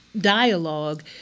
dialogue